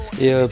Et